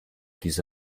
diese